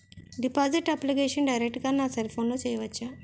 Deposit application direct గా నా cell ఫోన్లో చెయ్యచా?